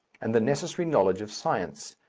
and the necessary knowledge of science,